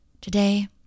Today